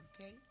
Okay